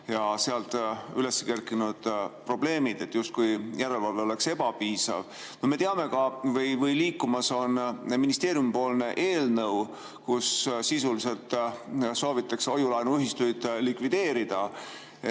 ja seal üles kerkinud probleemid, justkui järelevalve oleks ebapiisav. Me teame, liikumas on ministeeriumi eelnõu, kus sisuliselt soovitakse hoiu-laenuühistuid likvideerida.